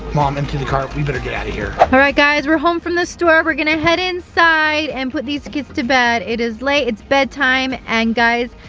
mom into the cart, we better get out of here. alright guys, we're home from the store, we're gonna head inside and put these kids to bed. it is late, it's bedtime and guys,